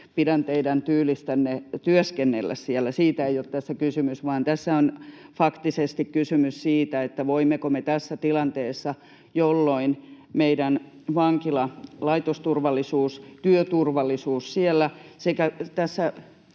pidän teidän tyylistänne työskennellä siellä. Siitä ei ole tässä kysymys, vaan tässä on faktisesti kysymys siitä, voimmeko me tässä tilanteessa meidän vankila- ja laitosturvallisuuden, työturvallisuuden ja siellä